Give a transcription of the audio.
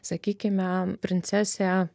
sakykime princesė